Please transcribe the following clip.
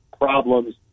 problems